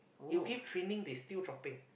you give training they still dropping